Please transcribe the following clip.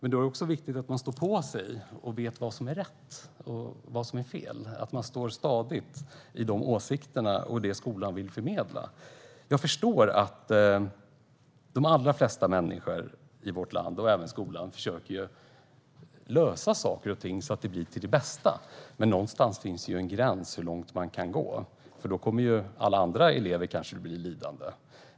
Då är det viktigt att man står på sig, att man vet vad som är rätt och fel och att man står stadigt i de åsikter och det som skolan vill förmedla. Jag förstår att de allra flesta människor i vårt land och även skolan försöker lösa saker och ting så att de blir till det bästa, men någonstans finns en gräns för hur långt man kan gå. Andra elever kanske blir lidande.